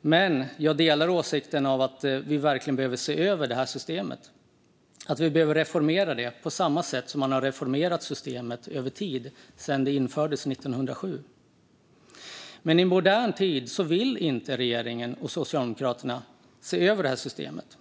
Men jag delar åsikten att vi verkligen behöver se över det här systemet och att vi behöver reformera det på samma sätt som man har reformerat systemet över tid sedan det infördes 1907. I modern tid vill dock inte regeringen och Socialdemokraterna se över systemet.